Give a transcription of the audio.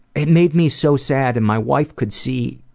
it made me so sad and my wife could see